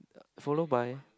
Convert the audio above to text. follow by